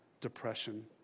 depression